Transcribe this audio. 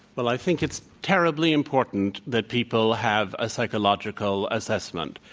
well, i think it's terribly important that people have a psychological assessment.